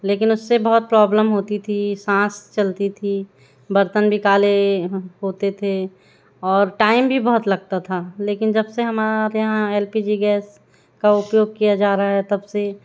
लेकिन उससे बहुत प्रॉब्लम होती थी सांस चलती थी बर्तन भी काले होते थे और टाइम भी बहुत लगता था लेकिन जब से हमारे यहाँ एल पी जी गैस का उपयोग किया जा रहा है तब से